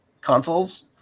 consoles